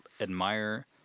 admire